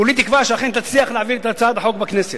כולי תקווה שאכן תצליח להעביר את הצעת החוק בכנסת.